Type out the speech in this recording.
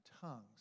tongues